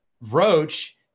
Roach